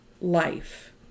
life